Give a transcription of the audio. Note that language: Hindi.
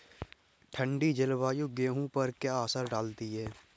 ठंडी जलवायु गेहूँ पर क्या असर डालती है?